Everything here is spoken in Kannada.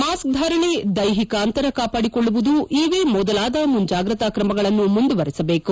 ಮಾಸ್ಕ್ ಧಾರಣೆ ದೈಹಿಕ ಅಂತರ ಕಾಪಾಡಿಕೊಳ್ಳುವುದು ಇವೇ ಮೊದಲಾದ ಮುಂಜಾಗ್ರತಾ ಕ್ರಮಗಳನ್ನು ಮುಂದುವರಿಸಬೇಕು